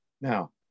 Now